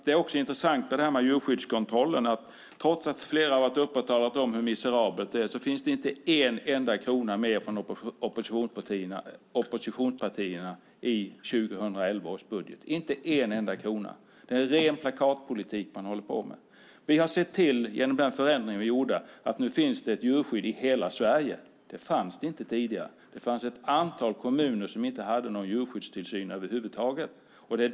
Trots att flera har talat om hur miserabelt det är med djurskyddskontrollen finns det inte en enda krona mer från oppositionspartierna i 2011 års budget. Det är en ren plakatpolitik. Vi har, genom den förändring vi gjorde, sett till att det finns ett djurskydd i hela Sverige. Det gjorde det inte tidigare. Ett antal kommuner hade inte hade någon djurskyddstillsyn över huvud taget.